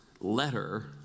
letter